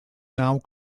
now